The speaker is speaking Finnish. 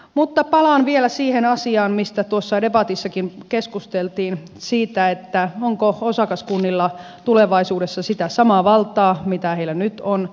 mutta palaan vielä siihen asiaan mistä debatissakin keskusteltiin siihen onko osakaskunnilla tulevaisuudessa sitä samaa valtaa mitä heillä nyt on